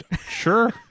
Sure